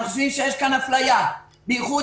אנחנו חושבים שיש כאן אפליה, בייחוד